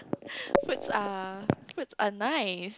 fruits are fruits are nice